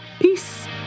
Peace